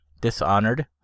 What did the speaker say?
Dishonored